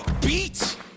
beat